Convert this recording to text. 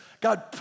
God